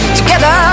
together